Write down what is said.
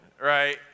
right